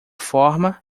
forma